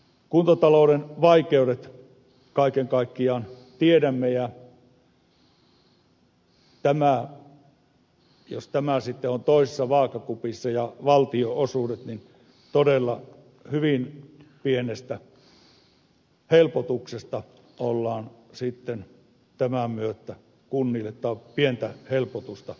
kuntatalouden vaikeudet kaiken kaikkiaan tiedämme ja jos tämä sitten on toisessa vaakakupissa ja valtionosuudet toisessa niin todella hyvin pientä helpotusta ollaan tämän myötä kunnille osoittamassa